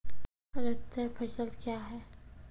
अग्रतर फसल क्या हैं?